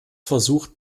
versucht